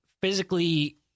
physically